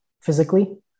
physically